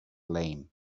lame